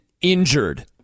injured